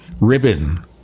ribbon